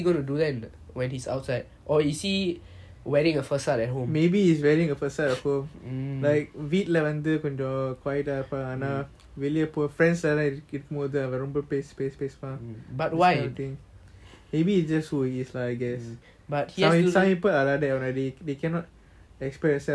maybe he is wearing a facet at home like வீட்டுல வந்து கொஞ்சம்:veetula vanthu konjam quiet eh இருப்பாங்க ஆனா வெளிய பொய்:irupanga aana veliya poi friends லாம் இருக்கும் போது பேசு பேசு பேசுவான்:lam irukum bothu peasu peasu peasuvan this type of thing maybe is just who he is lah I guess சில இப்போ இது:silla ipo ithu are like that they already they cannot express themself with families so with friends then they express themselves